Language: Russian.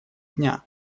дня